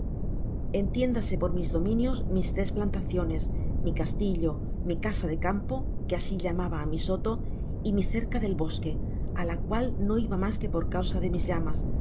entiéndase por mis dominios nais tres plantaciones mi castillo mi casa de campo que asi llamaba áíieai soto y mi cerca del bosque á la cual no jba mas que por causa de mis llamas